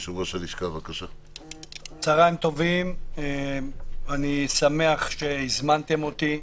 צוהוריים טובים, אני שמח שהזמנתם אותי.